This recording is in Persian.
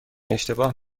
اشتباه